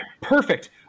perfect